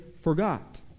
forgot